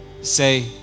say